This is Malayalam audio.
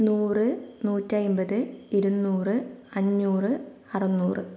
നൂറ് നൂറ്റിയമ്പത് ഇരുനൂറ് അഞ്ഞൂറ് അറുനൂറ്